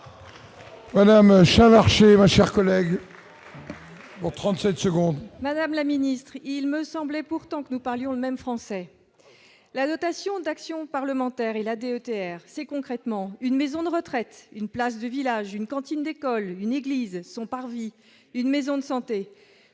Madame la ministre, il me semblait pourtant que nous parlions de même français la notation d'action parlementaire et là des c'est concrètement une maison de retraite une place du village, une cantine d'école, une église, son parvis, une maison de santé,